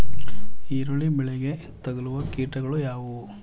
ಈರುಳ್ಳಿ ಬೆಳೆಗೆ ತಗಲುವ ಕೀಟಗಳು ಯಾವುವು?